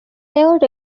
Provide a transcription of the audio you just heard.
তেওঁৰ